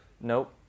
nope